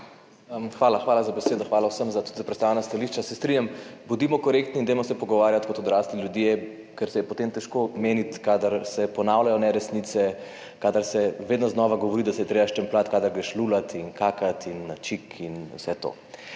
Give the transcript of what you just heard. Hvala za besedo. Hvala vsem za predstavljena stališča. Se strinjam, bodimo korektni in dajmo se pogovarjati kot odrasli ljudje, ker se je potem težko meniti, kadar se ponavljajo neresnice, kadar se vedno znova govori, da se je treba štempljati, kadar greš lulat in kakat in na čik in vse to.